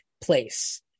place